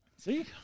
See